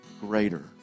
greater